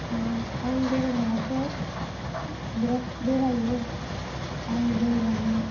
आं बेरायनायावथ' बिरात बेरायो आं बेरायनानै